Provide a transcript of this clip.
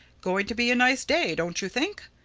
going to be a nice day, don't you think?